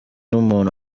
n’umuntu